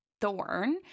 thorn